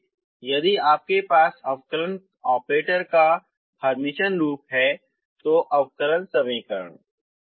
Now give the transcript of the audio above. इसलिए यदि आपके पास अवकलन ऑपरेटर का हर्मिटियन रूप है तो अवकलन समीकरण